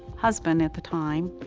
husband at the time